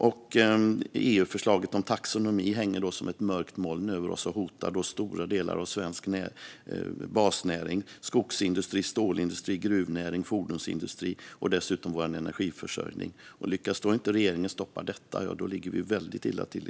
EU-förslaget om taxonomi hänger som ett mörkt moln över oss och hotar stora delar av svensk basnäring: skogsindustri, stålindustri, gruvnäring och fordonsindustri. Dessutom hotas vår energiförsörjning. Lyckas regeringen inte stoppa detta ligger Sverige väldigt illa till.